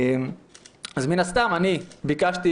אז מן הסתם ביקשתי,